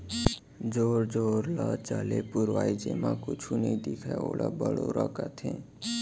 जोर जोर ल चले पुरवाई जेमा कुछु नइ दिखय ओला बड़ोरा कथें